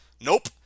Nope